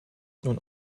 nun